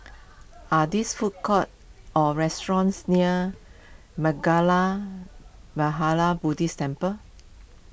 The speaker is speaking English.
are these food courts or restaurants near Mangala Vihara Buddhist Temple